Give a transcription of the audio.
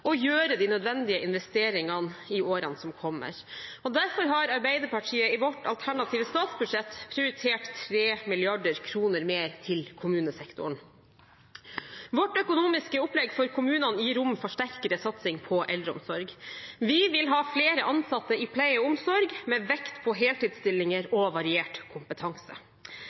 og gjøre de nødvendige investeringene i årene som kommer. Derfor har Arbeiderpartiet i sitt alternative statsbudsjett prioritert 3 mrd. kr mer til kommunesektoren. Vårt økonomiske opplegg for kommunene gir rom for sterkere satsing på eldreomsorg. Vi vil ha flere ansatte i pleie og omsorg, med vekt på heltidsstillinger og variert kompetanse.